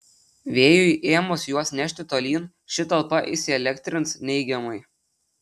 vėjui ėmus juos nešti tolyn ši talpa įsielektrins neigiamai